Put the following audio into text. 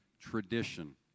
tradition